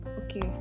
Okay